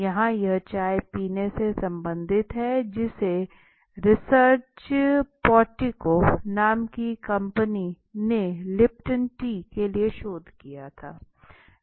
यहाँ यह चाय पीने से सम्बंधित है जिसे पोर्टिको रिसर्च नाम की कंपनी ने लिप्टन चाय के लिए शोध किया था